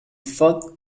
fought